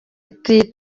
iti